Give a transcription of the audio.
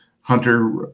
Hunter